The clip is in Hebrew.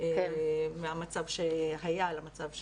מהמצב שהיה למצב החדש.